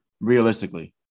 Realistically